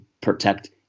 protect